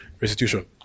restitution